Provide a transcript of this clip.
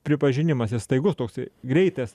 pripažinimas ir staigus toksai greitas